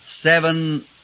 seven